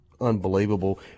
unbelievable